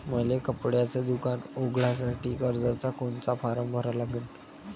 मले कपड्याच दुकान उघडासाठी कर्जाचा कोनचा फारम भरा लागन?